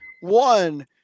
one